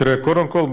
קודם כול,